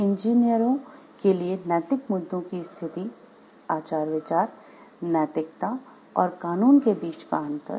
इंजीनियरों के लिए नैतिक मुद्दों की स्थिति आचार विचार नैतिकता और कानून के बीच का अंतर